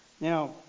Now